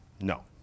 No